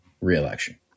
re-election